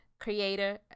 creator